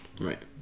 right